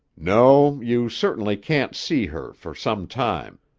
no. you certainly can't see her, for some time.